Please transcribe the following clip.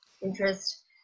interest